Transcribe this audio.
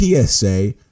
PSA